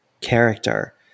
character